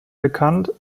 bekannt